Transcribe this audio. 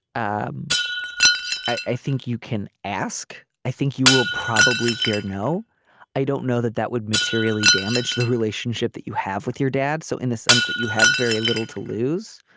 um i i think you can ask i think you will probably hear. no i don't know that that would materially damage the relationship that you have with your dad. so in the sense that you have very little to lose.